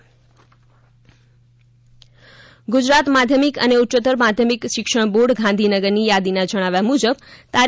ગુજકેટ ગુજરાત માધ્યમિક અને ઉચ્યત્તર માધ્યમિક શિક્ષણ બોર્ડ ગાંધીનગરની યાદીમાં જણાવ્યા મુજબ તા